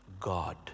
God